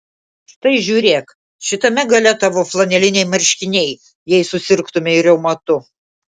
štai žiūrėk šitame gale tavo flaneliniai marškiniai jei susirgtumei reumatu